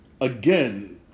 Again